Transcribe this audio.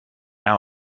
now